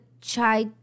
chai